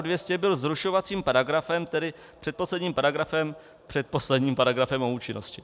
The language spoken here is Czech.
Přičemž § 200 byl zrušovacím paragrafem, tedy předposledním paragrafem před posledním paragrafem o účinnosti.